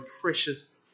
precious